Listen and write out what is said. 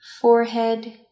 forehead